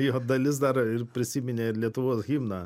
jo dalis dar ir prisiminė ir lietuvos himną